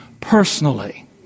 personally